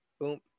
Boom